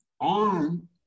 on